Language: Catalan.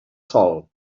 sol